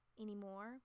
anymore